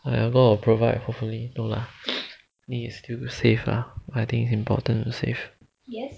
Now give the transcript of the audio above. I hope all can provide hopefully no lah need to still need to save ah I think it's important to save